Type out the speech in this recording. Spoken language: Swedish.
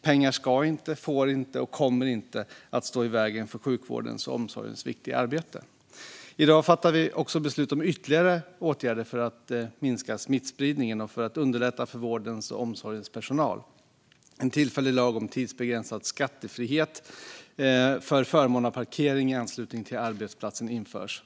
Pengar ska inte, får inte och kommer inte att stå i vägen för sjukvårdens och omsorgens viktiga arbete. I dag fattar vi beslut om ytterligare åtgärder för att minska smittspridningen och för att underlätta för vårdens och omsorgens personal. En tillfällig lag om tidsbegränsad skattefrihet för förmån av parkering i anslutning till arbetsplatsen införs.